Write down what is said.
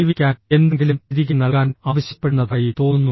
സേവിക്കാൻ എന്തെങ്കിലും തിരികെ നൽകാൻ ആവശ്യപ്പെടുന്നതായി തോന്നുന്നു